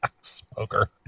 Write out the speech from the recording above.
smoker